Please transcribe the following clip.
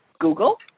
Google